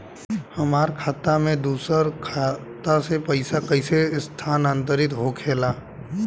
हमार खाता में दूसर खाता से पइसा कइसे स्थानांतरित होखे ला?